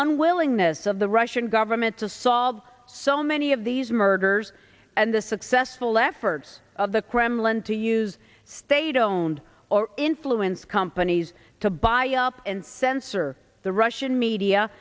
unwillingness of the russian government to solve so many of these murders and the successful efforts of the kremlin to use state owned or influence companies to buy up and censor the russian media